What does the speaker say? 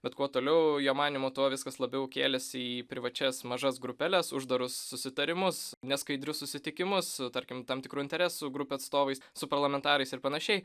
bet kuo toliau jo manymu tuo viskas labiau kėlėsi į privačias mažas grupeles uždarus susitarimus neskaidrius susitikimus tarkim tam tikrų interesų grupių atstovais su parlamentarais ir panašiai